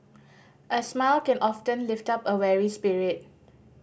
a smile can often lift up a weary spirit